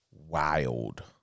wild